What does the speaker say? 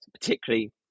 particularly